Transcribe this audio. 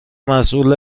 مسئول